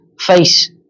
face